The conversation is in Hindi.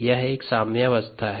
यह एक साम्यावस्था है